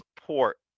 support